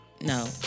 No